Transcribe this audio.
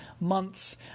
months